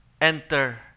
Enter